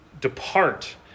depart